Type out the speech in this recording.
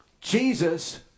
Jesus